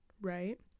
right